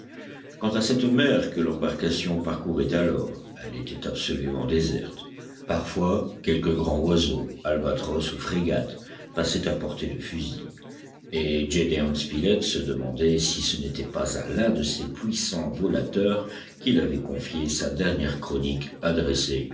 quant à cette mer que l'embarcation parcourait alors elle était absolument déserte parfois quelque grand oiseau albatros ou frégate passait à portée de fusil et gédéon spilett se demandait si ce n'était pas à l'un de ces puissants volateurs qu'il avait confié sa dernière chronique adressée